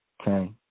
okay